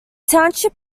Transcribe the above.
township